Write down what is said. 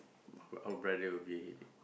our our brother will be a headache